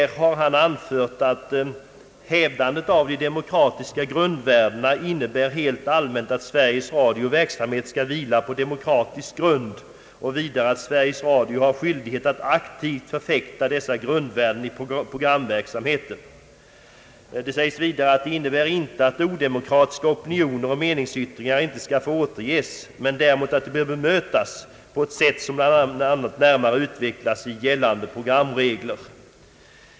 Radiochefen anförde då att hävdandet av de demokratiska grundvärdena helt allmänt innebar att Sveriges Radios verksamhet skulle vila på demokratisk grund. Vidare sade han att Sveriges Radio har skyldighet att aktivt förfäkta dessa grundvärden i programverksamheten. Detta innebär inte att odemokratiska opinioner och meningsyttringar inte skall få återges, men att de bör bemötas på ett sätt som klart utvecklas i gällande programregler.